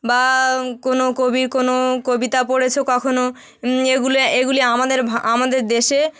বা কোনো কবির কোনো কবিতা পড়েছ কখনো এগুলো এগুলি আমাদের ভা আমাদের দেশে